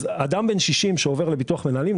אז אדם בן 60 שעובר לביטוח מנהלים,